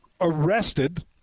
arrested –